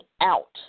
out